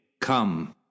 Come